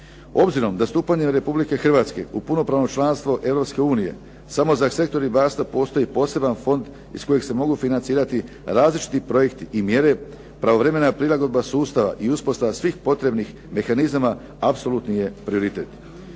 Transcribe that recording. Obzirom da stupanjem Republike Hrvatske u punopravno članstvo Europske unije samo za sektor ribarstva postoji poseban fond iz kojeg se mogu financirati različiti projekti i mjere, pravovremena prilagodba sustava i uspostava svih potrebnih mehanizama apsolutni je prioritet.